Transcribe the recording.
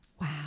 wow